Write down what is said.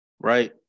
right